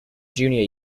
junior